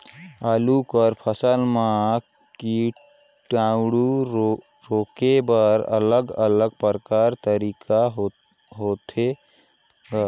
आलू कर फसल म कीटाणु रोके बर अलग अलग प्रकार तरीका होथे ग?